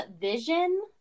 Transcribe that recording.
Vision